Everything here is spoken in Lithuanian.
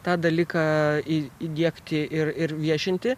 tą dalyką į įdiegti ir ir viešinti